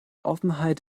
offenheit